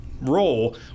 role